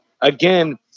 again